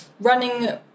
running